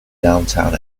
downtown